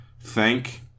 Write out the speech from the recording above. Thank